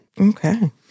Okay